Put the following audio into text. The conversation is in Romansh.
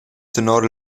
tenor